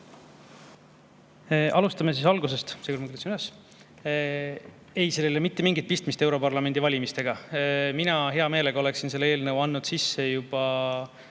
üles. Ei, sel ei ole mitte mingit pistmist europarlamendi valimistega. Mina hea meelega oleksin selle eelnõu andnud sisse juba